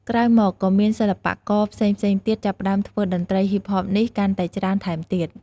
ក្រោយមកក៏មានសិល្បៈករផ្សេងៗទៀតចាប់ផ្តើមធ្វើតន្រ្តីហ៊ីបហបនេះកាន់តែច្រើនថែមទៀត។